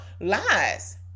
lies